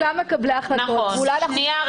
אנחנו גם מקבלי החלטות ואולי אנחנו